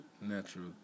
natural